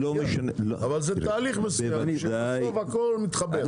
אבל זה תהליך מסוים ובסוף הכול מתחבר.